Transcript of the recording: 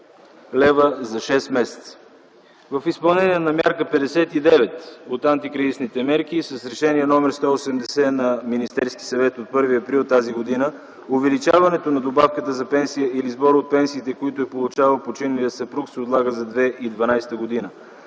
лв. за шест месеца. В изпълнение на мярка 59 от антикризисните мерки, с Решение № 180 на Министерския съвет от 1 април т.г. увеличаването на добавката от пенсия или сбор от пенсиите, които е получавал починалия съпруг, се отлага за 2012 г.